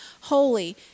holy